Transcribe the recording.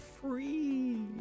free